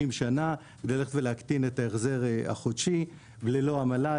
שנה וללכת ולהקטין את ההחזר החודשי ללא עמלה,